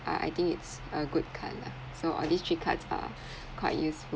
I I think it's a good card lah so all these three cards are quite useful